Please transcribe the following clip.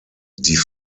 die